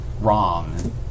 wrong